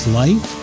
life